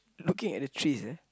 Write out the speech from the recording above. looking at the trees eh